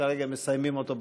כרגע מסיימים אותו בדפוס.